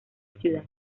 ciudad